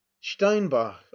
steinbach